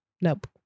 Nope